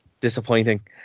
disappointing